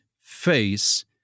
face